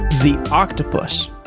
the octopus,